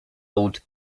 old